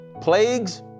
plagues